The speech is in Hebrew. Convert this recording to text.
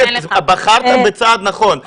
בחרת בצעד נכון,